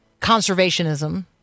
conservationism